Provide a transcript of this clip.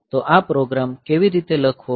તો આ પ્રોગ્રામ કેવી રીતે લખવો